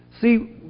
See